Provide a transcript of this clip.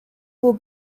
will